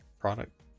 product